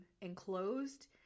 enclosed